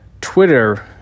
Twitter